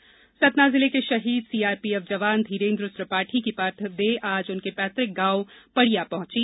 शहीद सतना जिले के शहीद सीआरपीएफ जवान धीरेन्द्र त्रिपाठी की पार्थिव देह आज उनके पैतुक ग्राम पड़िया पहुंचा